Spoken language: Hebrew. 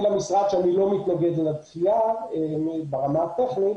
למשרד שאני לא מתנגד לדחייה ברמה הטכנית